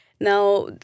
Now